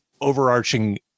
overarching